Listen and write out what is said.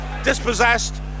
Dispossessed